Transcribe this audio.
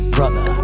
Brother